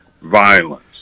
violence